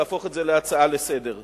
להפוך את זה להצעה לסדר-היום.